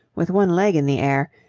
with one leg in the air,